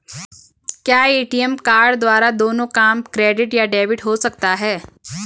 क्या ATM card द्वारा दोनों काम क्रेडिट या डेबिट हो सकता है?